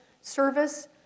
service